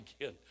again